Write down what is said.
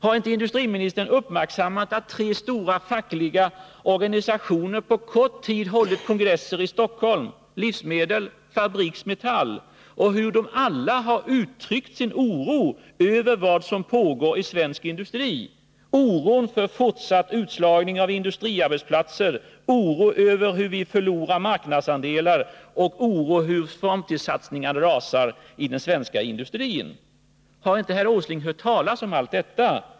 Har inte industriministern uppmärksammat att tre stora fackliga organisationer — Livsmedels, Fabriks och Metall — på kort tid hållit kongresser i Stockholm och hur de alla har uttryckt sin oro över vad som pågår i svensk industri: oro för fortsatt utslagning av industriarbetsplatser, oro över att vi förlorar marknadsandelar och oro för hur framtidssatsningarna rasar i den svenska industrin? Har inte herr Åsling hört talas om allt detta?